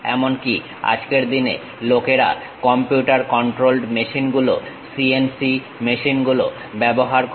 এমনকি আজকের দিনে লোকেরা কম্পিউটার কন্ট্রোলড মেশিন গুলো CNC মেশিন গুলো ব্যবহার করে